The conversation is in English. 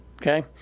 Okay